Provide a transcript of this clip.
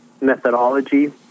methodology